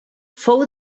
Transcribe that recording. fou